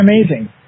amazing